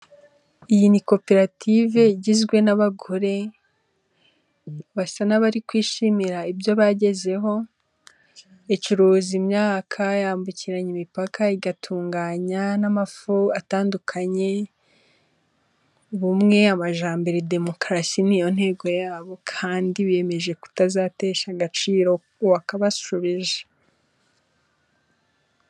Iyi ni koperative igizwe n'abagore basa n'abari kwishimira ibyo bagezeho, icuruza imyaka, yambukiranya imipaka, igatunganya n'amafu atandukanye, ubumwe, amajyambere, demokarasi ni yo ntego yabo kandi biyemeje kutazatesha agaciro uwakabashuje.